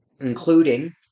Including